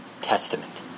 Testament